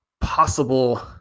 possible